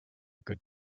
good